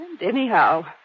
anyhow